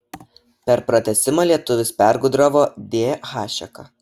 per pratęsimą lietuvis pergudravo d hašeką